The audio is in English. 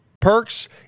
Perks